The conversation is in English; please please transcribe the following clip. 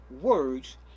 words